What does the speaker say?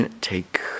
take